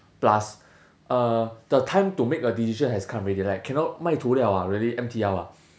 plus uh the time to make a decision has come already like cannot mai tu liao ah really M_T_L ah